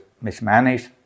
mismanaged